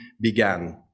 began